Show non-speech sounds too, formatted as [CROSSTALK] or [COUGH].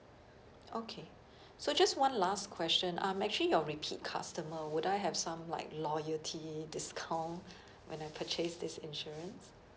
okay [BREATH] so just one last question I'm actually your repeat customer would I have some like loyalty discount [BREATH] when I purchase this insurance